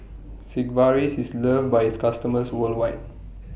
Sigvaris IS loved By its customers worldwide